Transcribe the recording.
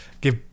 Give